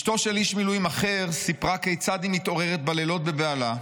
"אשתו של איש מילואים אחר סיפרה כיצד היא מתעוררת בלילות בבהלה,